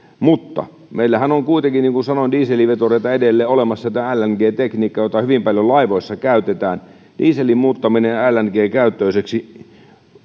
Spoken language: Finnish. mutta meillähän on kuitenkin niin kuin sanoin dieselvetureita edelleen olemassa lng tekniikkaa hyvin paljon laivoissa käytetään ja dieselin muuttaminen lng käyttöiseksi